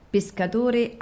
Pescatore